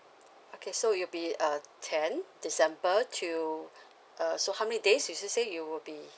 okay so it'll be uh ten december till err so how many days did you say you will be